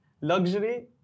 luxury